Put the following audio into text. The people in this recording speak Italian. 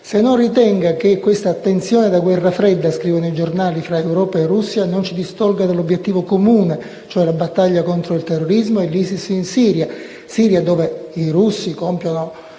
se non ritenga che questa tensione da guerra fredda - scrivono i giornali - tra Europa e Russia non ci distolga dall'obiettivo comune, cioè la battaglia contro il terrorismo e l'ISIS in Siria, dove gli alleati